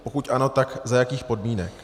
Pokud ano, tak za jakých podmínek?